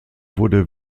wurde